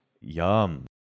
yum